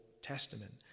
Testament